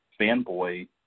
fanboy